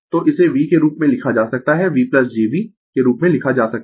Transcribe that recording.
तो इसे V के रूप में लिखा जा सकता है V jV'के रूप में लिखा जा सकता है